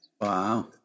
Wow